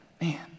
man